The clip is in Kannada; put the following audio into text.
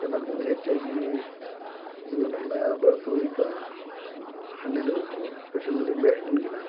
ಎಲ್ಲದಕ್ಕಿಂತ ಹೆಚ್ಚಾಗಿ ಇದನೆಲ್ಲ ಬೆಳ್ಸೋದಂತ ಹಣ್ಣಿನ ಗಿಡಗಳು ಸ್ಪೆಷಲ್ಲಿ ನಿಂಬೇ ಹಣ್ಣಿನ ಗಿಡ